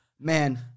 Man